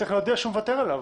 צריך להודיע שהוא מוותר עליו.